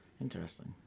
Interesting